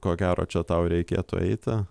ko gero čia tau reikėtų eiti